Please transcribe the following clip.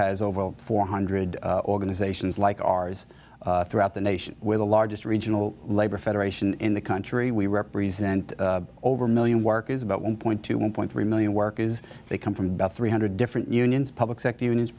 has over four hundred organizations like ours throughout the nation with the largest regional labor federation in the country we represent over a million workers about one point two one point three million workers they come from about three hundred different unions public sector unions